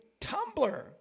Tumblr